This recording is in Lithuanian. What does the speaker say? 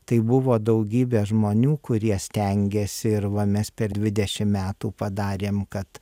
tai buvo daugybė žmonių kurie stengėsi ir va mes per dvidešim metų padarėm kad